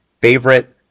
favorite